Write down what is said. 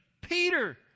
Peter